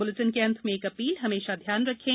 इस बुलेटिन के अंत में एक अपील हमेशा ध्यान रखें